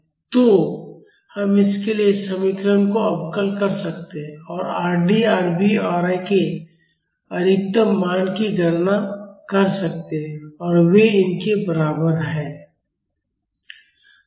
तो हम इसके लिए समीकरण को अवकल कर सकते हैं और Rd Rv और Ra के अधिकतम मान की गणना कर सकते हैं और वे इनके बराबर हैं